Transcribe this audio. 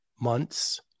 months